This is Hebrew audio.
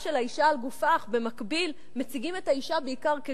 של האשה על גופה אך במקביל מציגים את האשה בעיקר כגוף,